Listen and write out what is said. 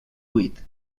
buit